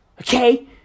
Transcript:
Okay